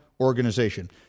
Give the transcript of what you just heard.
organization